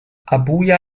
abuja